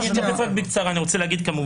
כמו שהוא אמר,